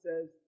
says